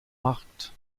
markt